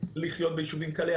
לחיות ביישובים כאלה,